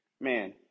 Man